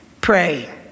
Pray